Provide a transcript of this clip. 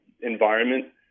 environment